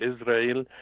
Israel